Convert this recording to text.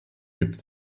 gibt